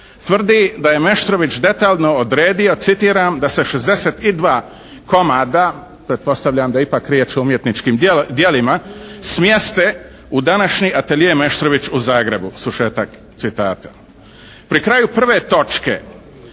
tvrdi da je Meštrović detaljno odredio "da se 62 komada" pretpostavljam da je ipak riječ o umjetničkim djelima "smjeste u današnji atelije Meštrović u Zagrebu". Pri kraju prve točke